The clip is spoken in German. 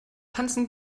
tanzen